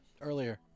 Earlier